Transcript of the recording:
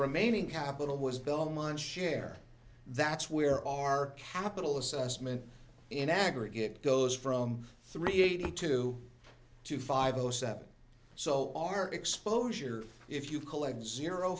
remaining capital was belmont share that's where our capital assessment in aggregate goes from three eighty two to five zero seven so our exposure if you collect zero